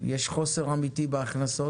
יש חוסר אמיתי בהכנסות.